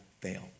fail